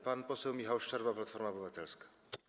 Pan poseł Michał Szczerba, Platforma Obywatelska.